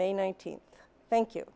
may nineteenth thank you